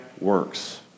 works